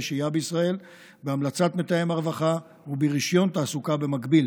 שהייה בישראל בהמלצת מתאם הרווחה וברישיון תעסוקה במקביל.